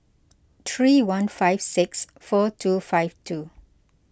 three one five six four two five two